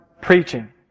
preaching